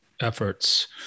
efforts